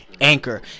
Anchor